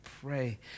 pray